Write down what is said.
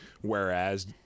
Whereas